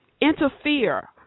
interfere